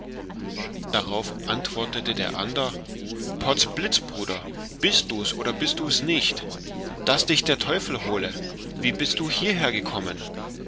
darauf antwortete der ander potz blitz bruder bist dus oder bist dus nicht daß dich der teufel hole wie bist du hieher kommen